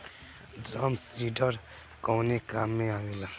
Drum seeder कवने काम में आवेला?